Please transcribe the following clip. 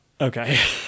okay